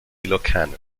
ilocano